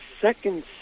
second